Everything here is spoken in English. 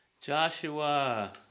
Joshua